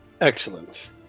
Excellent